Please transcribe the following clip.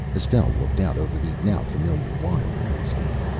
estelle looked out over the now familiar wild landscape.